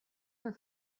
for